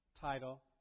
title